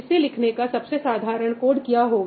इसे लिखने का सबसे साधारण कोड क्या होगा